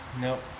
Nope